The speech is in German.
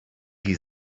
die